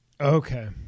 Okay